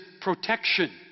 protection